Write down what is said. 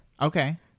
Okay